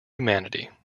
humanity